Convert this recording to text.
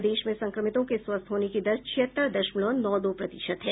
प्रदेश में संक्रमितों के स्वस्थ होने की दर छिहत्तर दशमलव नौ दो प्रतिशत है